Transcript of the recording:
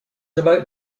about